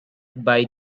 buy